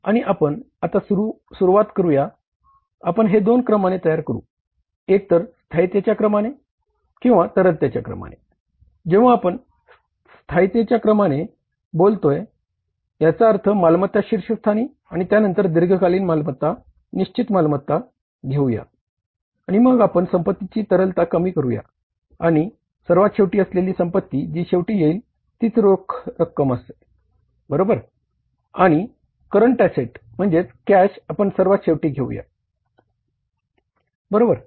आणि आपण आता सुरुवात करू आपण हे दोन क्रमाने तयार करू एकतर स्थायीतेच्या क्रमाने म्हणजेच कॅश आपण सर्वात शेवटी घेऊया बरोबर